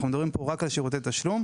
אנחנו מדברים פה רק על שירותי תשלום.